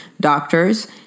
doctors